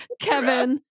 Kevin